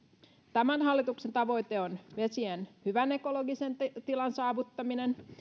tämän hallituksen tavoite on vesien hyvän ekologisen tilan saavuttaminen